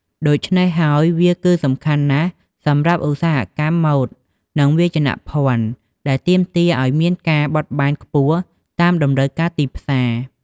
ដូច្នេះហើយវាគឺសំខាន់ណាស់សម្រាប់ឧស្សាហកម្មម៉ូដ និងវាយនភ័ណ្ឌ ដែលទាមទារអោយមានការបត់បែនខ្ពស់តាមតម្រូវការទីផ្សារ។